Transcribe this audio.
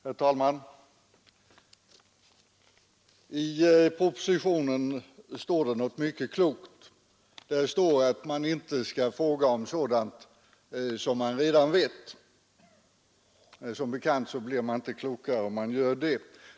Herr talman! I propositionen står det något mycket klokt. Där framhålls att man inte skall fråga om sådant som man redan vet. Som bekant blir man inte klokare om man gör det.